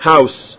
House